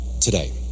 today